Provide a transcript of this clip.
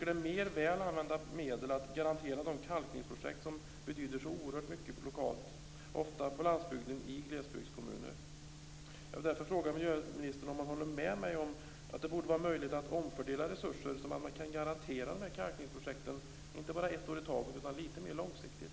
Det är mer väl använda medel att garantera de kalkningsprojekt som betyder så oerhört mycket lokalt, ofta på landsbygden i glesbygdskommuner. Jag vill därför fråga miljöministern om han håller med mig om att det borde vara möjligt att omfördela resurser så att det går att garantera kalkningsprojekten lite mer långsiktigt än ett år i taget.